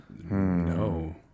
No